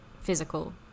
physical